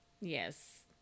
Yes